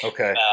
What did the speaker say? Okay